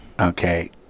okay